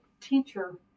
teacher